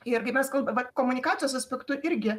irgi mes kalbame vat komunikacijos aspektu irgi